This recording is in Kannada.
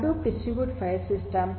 Hadoop distributed file system